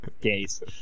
case